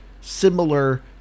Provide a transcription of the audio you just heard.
similar